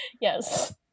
yes